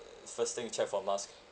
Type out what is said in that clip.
uh first thing you check for mask